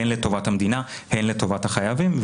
הן לטובת המדינה והן לטובת החייבים.